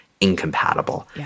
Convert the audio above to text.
incompatible